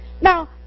Now